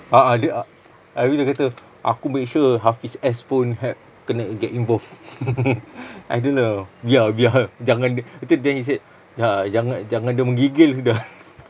a'ah dia a~ abeh dia kata aku make sure hafiz S pun he~ kena get involved I don't know biar biar jangan d~ lepas tu then he said jangan jangan dia menggigil sudah